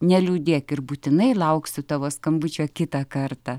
neliūdėk ir būtinai lauksiu tavo skambučio kitą kartą